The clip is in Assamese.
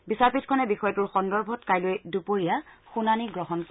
বিচাৰপীঠখনে বিষয়টোৰ সন্দৰ্ভত কাইলৈ দুপৰীয়া শুনানি গ্ৰহণ কৰিব